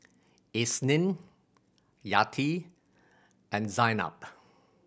Isnin Yati and Zaynab